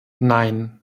nein